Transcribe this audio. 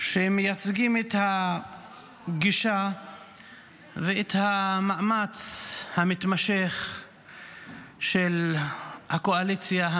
שמייצגים את הגישה ואת המאמץ המתמשך של הקואליציה,